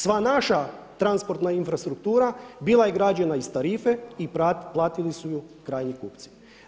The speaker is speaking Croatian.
Sva naša transportna infrastruktura bila je građena iz tarife i platili su ju krajnji kupci.